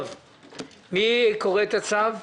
מי קורא את הצו?